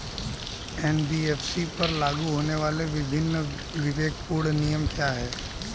NBFC पर लागू होने वाले विभिन्न विवेकपूर्ण नियम क्या हैं?